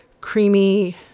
creamy